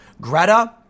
Greta